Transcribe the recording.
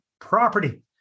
property